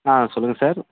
ஆ சொல்லுங்கள் சார்